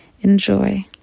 Enjoy